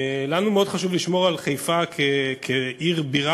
לנו מאוד חשוב לשמור על חיפה כעיר בירה,